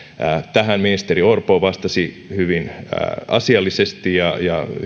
tähän ministeri orpo vastasi hyvin asiallisesti ja